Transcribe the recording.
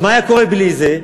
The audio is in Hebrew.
אז מה היה קורה בלי זה?